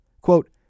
Quote